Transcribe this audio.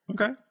Okay